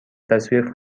تصویر